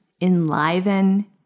enliven